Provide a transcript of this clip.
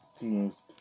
teams